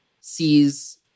sees